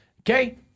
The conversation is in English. okay